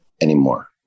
anymore